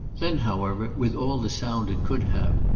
then, however, with all the sound it could have,